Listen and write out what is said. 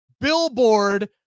billboard